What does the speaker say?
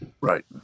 Right